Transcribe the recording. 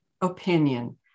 opinion